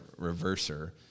reverser